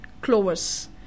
clovers